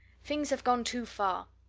things have gone too far.